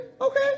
okay